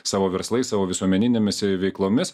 savo verslais savo visuomeninėmis veiklomis